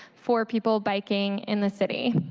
for people biking in the city.